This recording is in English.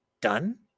done